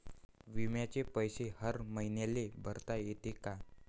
बिम्याचे पैसे हर मईन्याले भरता येते का?